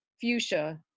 fuchsia